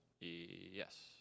Yes